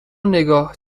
نگاه